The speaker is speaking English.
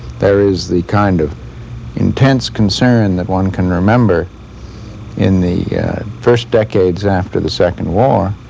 there is the kind of intense concern that one can remember in the first decades after the second war,